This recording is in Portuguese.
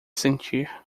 sentir